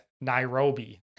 Nairobi